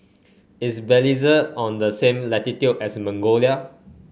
is Belize on the same latitude as Mongolia